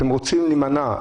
אתם רוצים להימנע,